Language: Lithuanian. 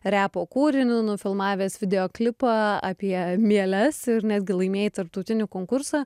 repo kūrinį nufilmavęs videoklipą apie mieles ir netgi laimėjai tarptautinį konkursą